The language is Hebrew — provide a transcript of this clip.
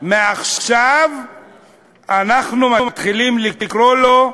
מעכשיו אנחנו מתחילים לקרוא לו: